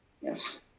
Yes